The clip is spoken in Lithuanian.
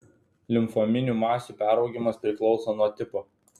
limfominių masių peraugimas priklauso nuo tipo